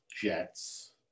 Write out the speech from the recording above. jets